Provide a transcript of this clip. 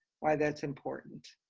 why that's important.